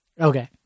Okay